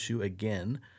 again